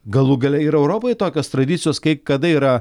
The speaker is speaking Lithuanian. galų gale ir europoje tokios tradicijos kai kada yra